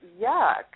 yuck